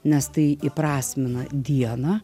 nes tai įprasmina dieną